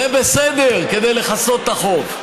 זה בסדר, כדי לכסות את החוב.